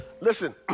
Listen